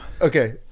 Okay